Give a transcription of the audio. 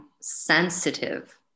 sensitive